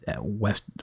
West